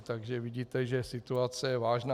Takže vidíte, že situace je vážná.